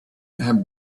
had